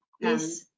yes